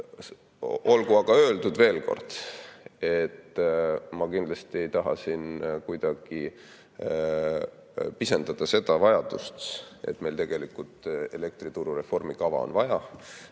Olgu öeldud veel kord, ma kindlasti ei taha siin kuidagi pisendada seda vajadust, et meil tegelikult elektrituru reformi kava on vaja,